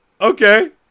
okay